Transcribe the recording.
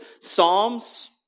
psalms